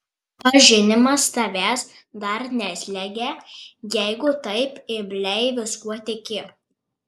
pažinimas tavęs dar neslegia jeigu taip imliai viskuo tiki